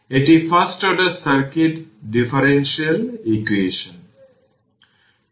এটি first order circuit differential equation